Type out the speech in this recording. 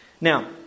Now